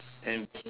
and